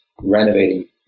renovating